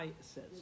says